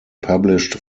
published